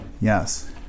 Yes